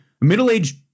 middle-aged